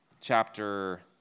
chapter